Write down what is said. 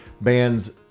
bands